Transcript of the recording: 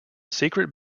secret